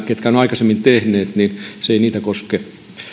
ketkä ovat niitä aikaisemmin tehneet se ei koske